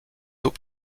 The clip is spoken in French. tôt